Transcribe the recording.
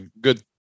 good